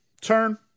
turn